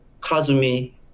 kazumi